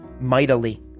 mightily